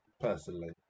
Personally